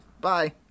Bye